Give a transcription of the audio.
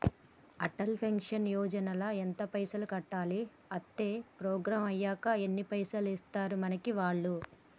Atal pension Yojana ల ఎంత పైసల్ కట్టాలి? అత్తే ప్రోగ్రాం ఐనాక ఎన్ని పైసల్ ఇస్తరు మనకి వాళ్లు?